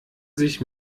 sich